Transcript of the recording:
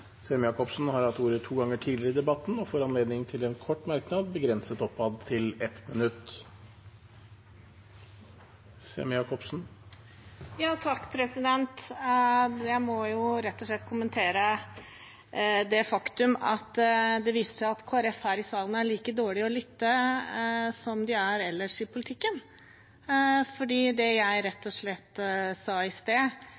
har hatt ordet to ganger tidligere i debatten og får ordet til en kort merknad, begrenset til 1 minutt. Jeg må rett og slett kommentere det faktum at det viser seg at Kristelig Folkeparti her i salen er like dårlige til å lytte som de er ellers i politikken. For det jeg